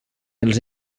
els